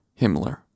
Himmler